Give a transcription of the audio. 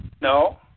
No